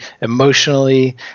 emotionally